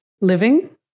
living